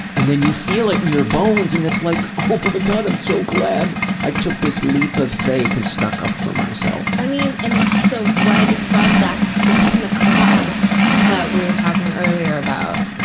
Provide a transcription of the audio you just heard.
and then, you feel it in your bones and that's like oh my god, i'm so glad i took this leap of faith and stuck up for myself. i mean. and so, what i described that's what is in the cloud that we were talking earlier about.